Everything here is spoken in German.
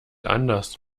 anders